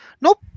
nope